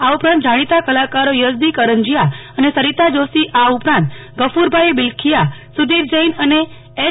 આ ઉપરાંત કલાકારો યઝદી કરંજીયા અને સરિતા જોષી આ ઉપરાંત ગફ્રરભાઈ બિલખિયાસુ ધીર જૈન અને એય